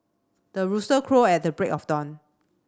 the rooster crow at the break of dawn